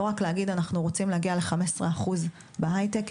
לא רק להגיד אנחנו רוצים להגיע לחמש עשרה אחוז בהיי טק,